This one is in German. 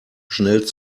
schnell